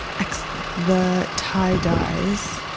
excellent. the tie-dyes.